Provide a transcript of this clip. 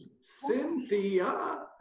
Cynthia